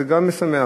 זה גם משמח.